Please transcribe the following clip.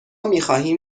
میخواهیم